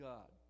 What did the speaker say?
God